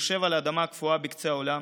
שיושב על אדמה קפואה בקצה העולם,